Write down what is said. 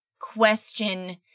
question